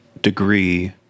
degree